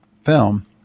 film